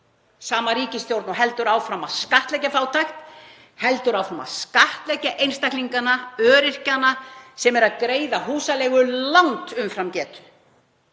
sama ríkisstjórn og heldur áfram að skattleggja fátækt, heldur áfram að skattleggja einstaklingana, öryrkjana sem eru að greiða húsaleigu langt umfram getu.